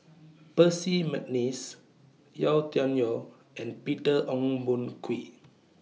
Percy Mcneice Yau Tian Yau and Peter Ong Boon Kwee